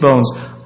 bones